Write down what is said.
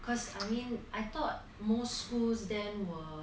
cause I mean I thought most schools then were